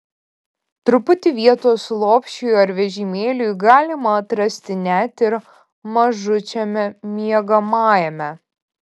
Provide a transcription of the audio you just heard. truputį vietos lopšiui ar vežimėliui galima atrasti net ir mažučiame miegamajame